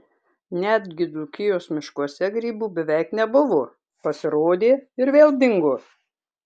netgi dzūkijos miškuose grybų beveik nebuvo pasirodė ir vėl dingo